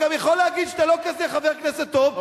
וגם יכול להגיד שאתה לא כזה חבר כנסת טוב,